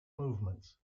movements